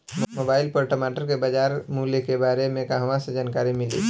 Mobile पर टमाटर के बजार मूल्य के बारे मे कहवा से जानकारी मिली?